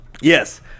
Yes